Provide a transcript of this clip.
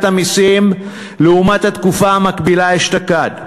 המסים לעומת התקופה המקבילה אשתקד,